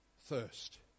thirst